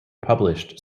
published